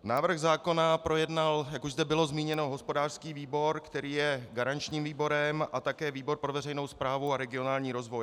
Návrh zákona projednal, jak už zde bylo zmíněno, hospodářský výbor, který je garančním výborem, a také výbor pro veřejnou správu a regionální rozvoj.